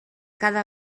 cada